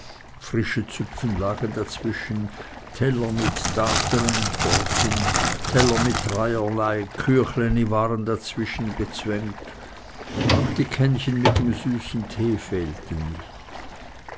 frische züpfen lagen dazwischen teller mit tateren torten teller mit dreierlei küchlene waren dazwischengezwängt und auch die kännchen mit dem süßen tee fehlten nicht